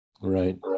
Right